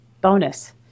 bonus